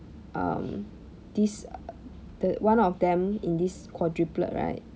um this the one of them in this quadruplet right